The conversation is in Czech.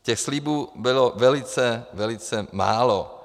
Těch slibů bylo velice, velice málo.